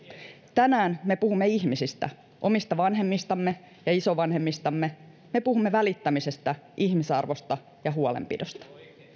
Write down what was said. tänään me puhumme ihmisistä omista vanhemmistamme ja isovanhemmistamme me puhumme välittämisestä ihmisarvosta ja huolenpidosta